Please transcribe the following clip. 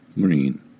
Green